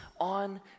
on